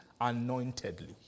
anointedly